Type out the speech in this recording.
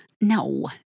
No